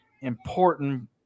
important